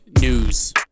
news